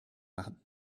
machen